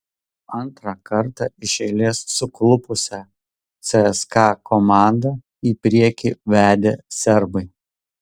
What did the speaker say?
antrą kartą iš eilės suklupusią cska komandą į priekį vedė serbai